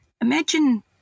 Imagine